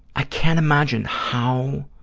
i can't imagine how,